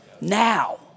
Now